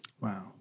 Wow